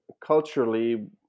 culturally